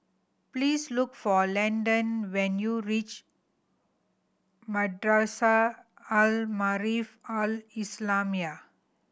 please look for Landon when you reach Madrasah Al Maarif Al Islamiah